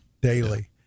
daily